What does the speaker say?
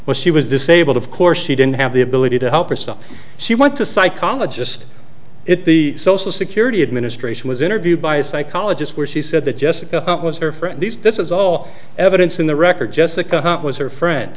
was she was disabled of course she didn't have the ability to help her so she went to psychologist it the social security administration was interviewed by a psychologist where she said that just her friend these this is all evidence in the record jessica was her friend